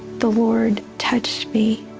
the lord touched me.